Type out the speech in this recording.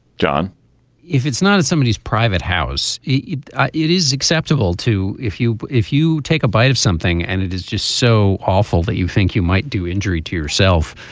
john if it's not as somebodies private house eat ah it is acceptable to if you if you take a bite of something and it is just so awful that you think you might do injury to yourself